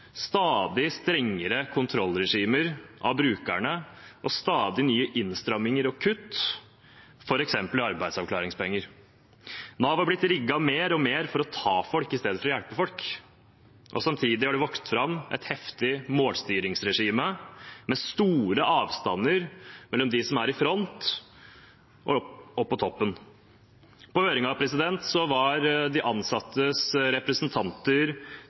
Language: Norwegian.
stadig strengere kontrollregimer av brukerne og stadig nye innstramminger og kutt, f.eks. i arbeidsavklaringspenger. Nav har blitt rigget mer og mer for å ta folk istedenfor å hjelpe folk. Samtidig har det vokst fram et heftig målstyringsregime med store avstander mellom dem som er i front, og dem oppe på toppen. På høringen var de ansattes representanter